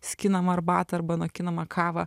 skinamą arbatą arba nokinamą kavą